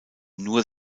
nur